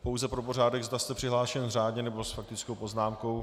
Pouze pro pořádek, zda jste přihlášen řádně, nebo s faktickou poznámkou?